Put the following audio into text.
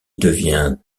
devient